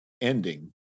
ending